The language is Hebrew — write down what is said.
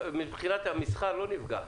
המסחר לא נפגע.